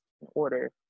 order